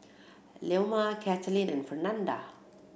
Leoma Katlyn and Fernanda